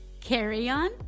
Carry-on